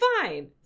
fine